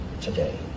today